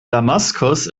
damaskus